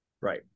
Right